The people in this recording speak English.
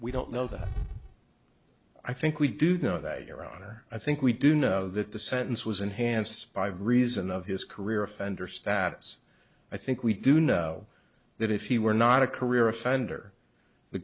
we don't know that i think we do though that your honor i think we do know that the sentence was enhanced by reason of his career offender status i think we do know that if he were not a career offender the